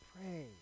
Pray